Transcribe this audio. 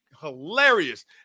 hilarious